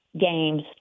games